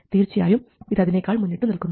തീർച്ചയായും ഇത് അതിനേക്കാൾ മുന്നിട്ടുനിൽക്കുന്നു